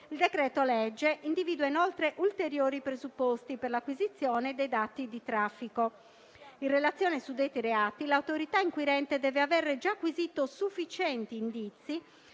il decreto-legge individua inoltre ulteriori presupposti per l'acquisizione dei dati di traffico. In relazione ai suddetti reati, l'autorità inquirente deve avere già acquisito sufficienti indizi